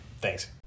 Thanks